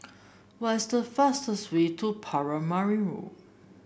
what's the fastest way to Paramaribo